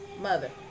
mother